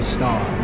Star